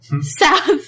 south